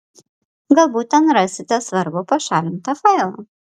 galbūt ten rasite svarbų pašalintą failą